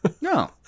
no